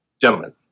gentlemen